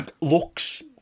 looks